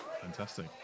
Fantastic